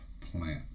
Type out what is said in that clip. plant